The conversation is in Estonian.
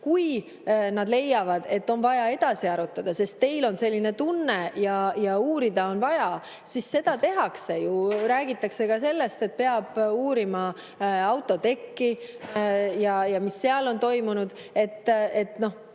Kui nad leiavad, et on vaja edasi arutada, sest teil on selline tunne ja uurida on vaja, siis seda tehakse. Räägitakse ka sellest, et peab uurima autotekki, mis seal on toimunud. Ma